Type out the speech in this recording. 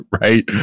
Right